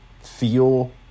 feel